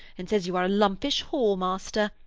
and says you are a lumpish whore-master.